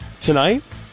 tonight